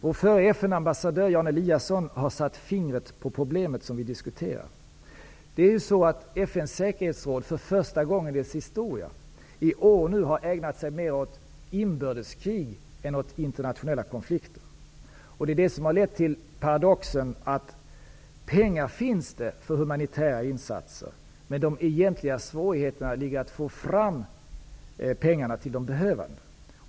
Vår förre FN-ambassadör, Jan Eliasson, har satt fingret på det problem vi diskuterar. FN:s säkerhetsråd har för första gången i dess historia i år ägnat sig mer åt inbördeskrig än åt internationella konflikter. Det är detta som har lett till paradoxen att det finns pengar för humanitära insater, men att de egentliga svårigheterna ligger i att nå fram med pengarna till de behövande.